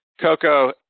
Coco